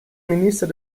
minister